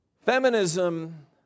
Feminism